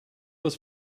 was